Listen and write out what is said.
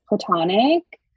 platonic